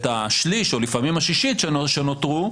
את השליש או לפעמים השישית שנותרו,